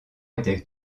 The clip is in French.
étaient